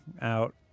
out